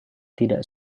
tidak